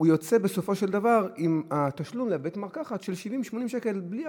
יוצא בסופו של דבר עם תשלום של 80-70 שקל לבית-מרקחת,